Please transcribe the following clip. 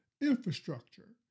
infrastructure